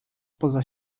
poza